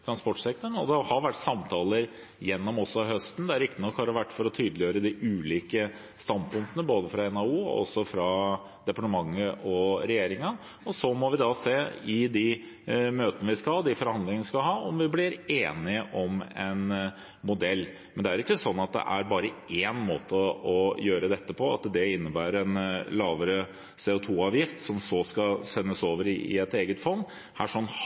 og ellers innenfor transportsektoren. Det har vært samtaler gjennom høsten. Riktignok har det vært for å tydeliggjøre de ulike standpunktene, både fra NHO og fra departementet og regjeringen. Og så må vi se i de møtene og forhandlingene vi skal ha, om vi blir enige om en modell. Men det er ikke sånn at det bare er én måte å gjøre dette på, og at det innebærer en lavere CO 2 -avgift som så skal settes over i et eget fond.